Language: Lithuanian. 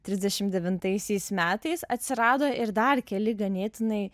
trisdešim devintaisiais metais atsirado ir dar keli ganėtinai